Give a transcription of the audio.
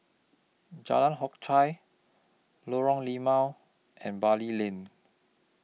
Jalan Hock Chye Lorong Limau and Bali Lane